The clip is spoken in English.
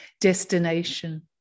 destination